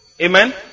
Amen